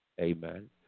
amen